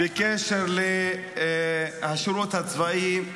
בקשר לשירות הצבאי.